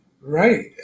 Right